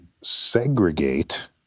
segregate